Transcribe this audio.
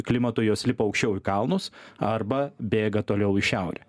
klimatui jos lipa aukščiau į kalnus arba bėga toliau į šiaurę